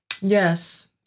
Yes